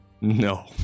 No